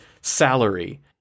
salary –